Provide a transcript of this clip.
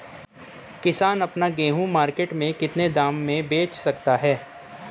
किसान अपना गेहूँ मार्केट में कितने दाम में बेच सकता है?